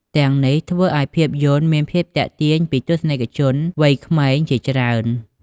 ទាំងនេះធ្វើឱ្យភាពយន្តមានភាពទាក់ទាញពីទស្សនិកជនវ័យក្មេងបានជាច្រើន។